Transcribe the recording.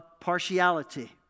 partiality